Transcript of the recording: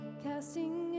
Casting